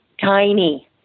tiny